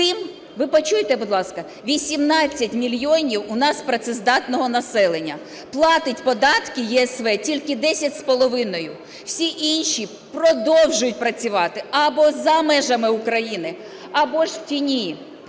ви почуйте, будь ласка, 18 мільйонів у нас працездатного населення? Платить податки ЄСВ – тільки 10,5, всі інші продовжують працювати або за межами України, або ж в тіні.